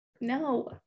No